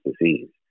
disease